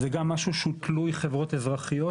זה גם משהו שהוא תלוי חברות אזרחיות,